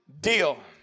deal